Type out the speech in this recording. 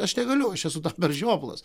aš negaliu aš esu per žioplas